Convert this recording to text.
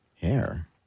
Hair